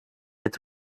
its